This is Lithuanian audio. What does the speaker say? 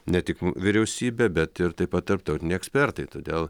ne tik vyriausybė bet ir taip pat tarptautiniai ekspertai todėl